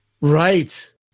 Right